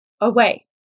away